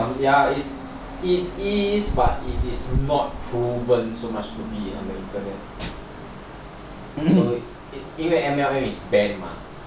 ya it is but it is not proven so much to be so 因为 M_L_M is banned mah